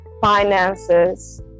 finances